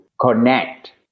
connect